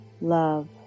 love